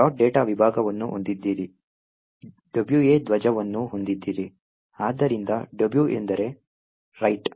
data ವಿಭಾಗವನ್ನು ಹೊಂದಿದ್ದೀರಿ WA ಧ್ವಜವನ್ನು ಹೊಂದಿದ್ದೀರಿ ಆದ್ದರಿಂದ W ಎಂದರೆ ರೈಟ್